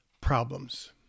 problems